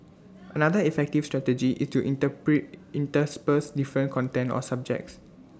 another effective strategy is to interpret intersperse different content or subjects